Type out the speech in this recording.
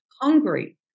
hungry